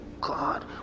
God